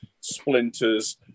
splinters